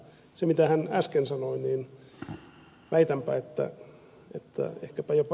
se mitä hän äsken sanoi niin väitänpä että ehkäpä jopa ed